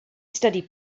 study